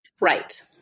Right